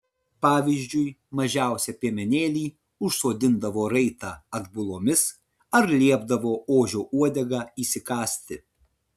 pavyzdžiui mažiausią piemenėlį užsodindavo raitą atbulomis ar liepdavo ožio uodegą įsikąsti